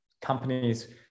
companies